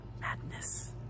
Madness